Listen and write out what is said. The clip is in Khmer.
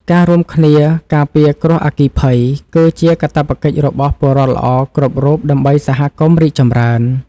ការរួមគ្នាការពារគ្រោះអគ្គិភ័យ គឺជាកាតព្វកិច្ចរបស់ពលរដ្ឋល្អគ្រប់រូបដើម្បីសហគមន៍រីកចម្រើន។